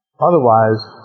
Otherwise